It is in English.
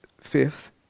Fifth